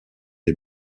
des